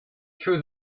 through